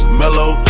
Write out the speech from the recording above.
mellow